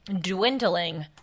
dwindling